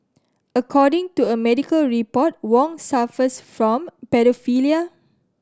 according to a medical report Wong suffers from paedophilia